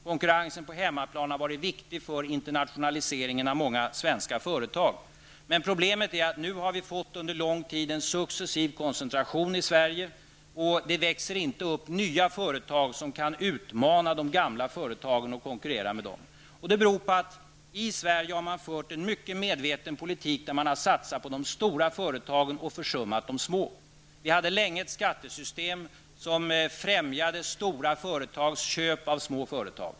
Konkurrensen på hemmaplan har varit viktig för internationaliseringen av många svenska företag. Men problemet är att vi nu under lång tid har fått en successiv koncentration i Sverige och att det inte växer upp nya företag som kan utmana de gamla företagen och konkurrera med dem. Det beror på att man i Sverige har fört en mycket medveten politik där man satsat på de stora företagen och försummat de små. Vi hade länge ett skattesystem som främjade stora företags köp av små företag.